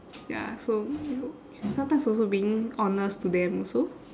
ya so you know sometimes also being honest to them also